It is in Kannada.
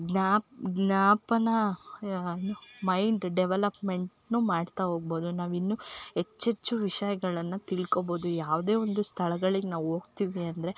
ಜ್ಞಾ ಜ್ಞಾಪನ ಏನು ಮೈಂಡ್ ಡೆವಲಪ್ಮೆಂಟ್ನು ಮಾಡ್ತಾ ಹೋಗ್ಬೋದು ನಾವಿನ್ನೂ ಹೆಚ್ಚೆಚ್ಚು ವಿಷಯಗಳನ್ನ ತಿಳ್ಕೋಬೋದು ಯಾವುದೋ ಒಂದು ಸ್ಥಳಗಳಿಗೆ ನಾವು ಹೋಗ್ತೀವಿ ಅಂದರೆ